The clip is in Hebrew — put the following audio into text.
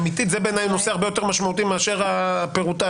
זה בעיני נושא הרבה יותר משמעותי מאשר הפירוט.